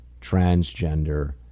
transgender